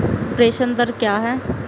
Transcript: प्रेषण दर क्या है?